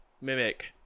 mimic